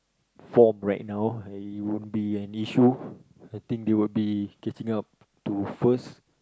from right now it won't be any issue I think they will be catching up to first